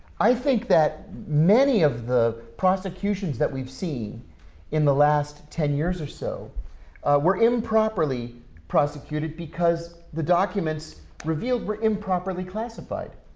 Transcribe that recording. i think that many of the prosecutions that we've seen in the last ten years or so were improperly prosecuted because the documents revealed were improperly classified.